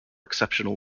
exceptional